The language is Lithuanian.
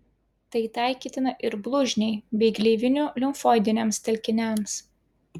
tai taikytina ir blužniai bei gleivinių limfoidiniams telkiniams